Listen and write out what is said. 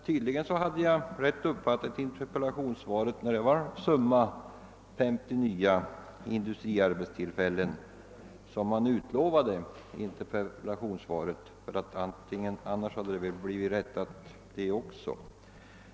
Tydligen hade jag också rätt uppfattat att det var summa 50 nya industriarbetstillfällen som utlovades i interpellationssvaret, ty annars hade jag väl blivit rättad i det fallet.